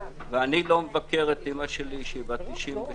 אני לא מבקר את אימא שלי, שהיא בת 93,